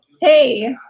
Hey